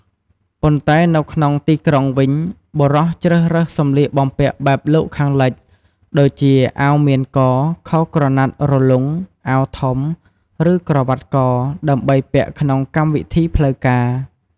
ប៉ុន្តែនៅក្នុងទីក្រុងវិញ បុរសជ្រើសរើសសម្លៀកបំពាក់បែបលោកខាងលិច ដូចជា អាវមានក ខោក្រណាត់រលុង អាវធំ ឬ ក្រវាត់ក ដើម្បីពាក់ក្នុងកម្មវិធីផ្លូវការ។